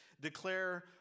declare